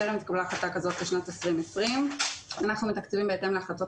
טרם התקבלה החלטה כזאת לשנת 2020. אנחנו מתקצבים בהתאם להחלטות